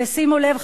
ושימו לב,